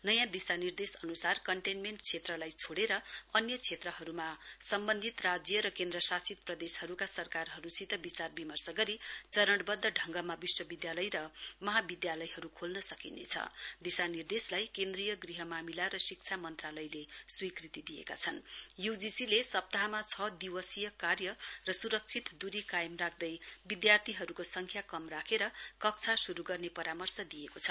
नयाँ दिशानिर्देश अन्सार कन्टेन्मेन्ट क्षेत्रलाई छोडेर अन्य क्षेत्रहरूमा सम्बन्धित राज्य र केन्द्शासित प्रदेशहरूका सरकारहरूसित विचारविमर्श गरी चरणबद्ध ढङ्गमा विश्वविद्यालय र महाविद्यालयहरू खोल्न सकिनेछ दिशानिर्देशलाई केन्द्रीय गृह मामिला र शिक्षा मन्त्रालयले स्वीकृति दिएका छन य्जीसीले सप्ताहमा छ दिवसीय कार्य र स्रक्षित द्री कामय राख्दै विद्यार्थीहरूको सङ्ख्या कम राखेर कक्षा श्रू गर्ने परामर्श दिएको छ